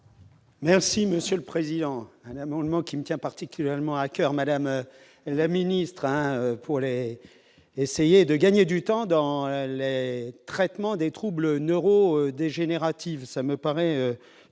Merci monsieur le président, un amendement qui me tient particulièrement à coeur, Madame la ministre un pourrait et essayer de gagner du temps dans le le traitement des troubles neuro-dégénérative,